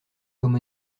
comme